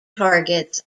targets